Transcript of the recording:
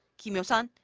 kim hyo-sun,